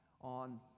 on